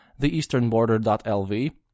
theeasternborder.lv